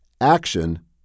Action